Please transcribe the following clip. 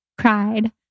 cried